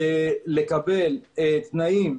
לקבל תנאים,